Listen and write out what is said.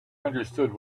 understood